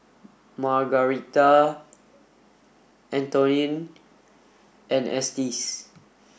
Margarita Antoine and Estes